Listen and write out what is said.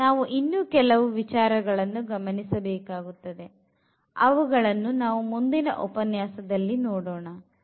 ಇಲ್ಲಿ ನಾವು ಇನ್ನು ಕೆಲವು ವಿಚಾರಗಳನ್ನು ಗಮನಿಸಬೇಕಾಗುತ್ತದೆ ಅವುಗಳನ್ನು ನಾವು ಮುಂದಿನ ಉಪನ್ಯಾಸದಲ್ಲಿ ನೋಡೋಣ